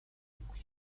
үгүй